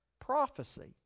prophecy